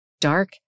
Dark